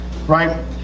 right